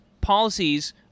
policies